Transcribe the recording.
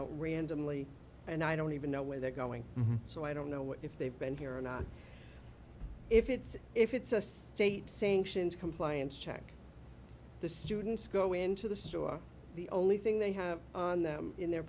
where and only and i don't even know where they're going so i don't know if they've been here or not if it's if it's just state sanctioned compliance check the students go into the store the only thing they have on them in their